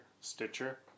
Stitcher